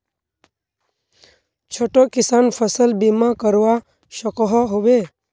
छोटो किसान फसल बीमा करवा सकोहो होबे?